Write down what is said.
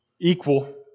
equal